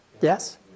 Yes